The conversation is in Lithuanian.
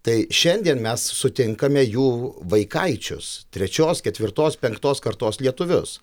tai šiandien mes sutinkame jų vaikaičius trečios ketvirtos penktos kartos lietuvius